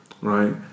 right